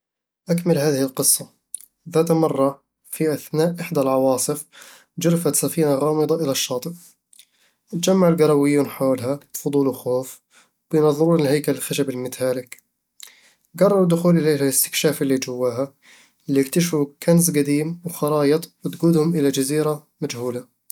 أكمل هذه القصة: ذات مرة، في أثناء إحدى العواصف، جُرفت سفينة غامضة إلى الشاطئ. تجمع القرويون حولها بفضول وخوف، بيناظرون الهيكل الخشبي المتهالك قرروا الدخول إليها لاستكشاف الي جواها ، ليكتشفوا كنز قديم وخرايط بتقودهم إلى جزيرة مجهولة